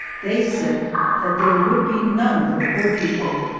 they said that there would be none for poor people,